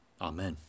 Amen